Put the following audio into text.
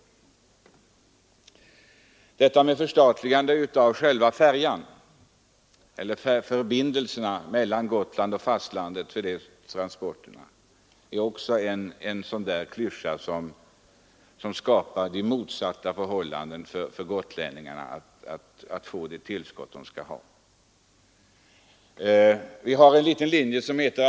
Talet om ett förstatligande av sjötrafiken mellan Gotland och fastlandet är också en klyscha som skulle skapa förhållanden för gotlänningarna helt motsatta vad de bör ha.